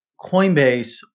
Coinbase